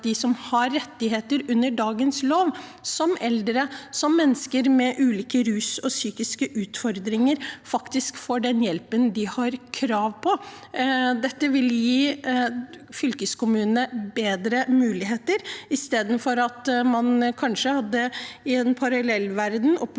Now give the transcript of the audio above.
at de som har rettigheter under dagens lov, som eldre og mennesker med ulike rus- og psykiske utfordringer, får den hjelpen de har krav på. Dette vil gi fylkeskommunene bedre muligheter, istedenfor at man i en parallell verden kanskje